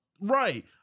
right